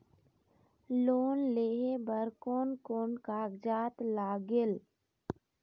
Loan लेहे बर कोन कोन कागजात लागेल?